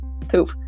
poop